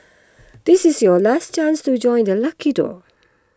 this is your last chance to join the lucky draw